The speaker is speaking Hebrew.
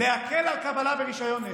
להקל על קבלת רישיון נשק.